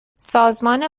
سازمان